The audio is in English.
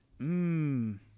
mmm